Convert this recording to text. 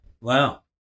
Wow